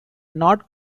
not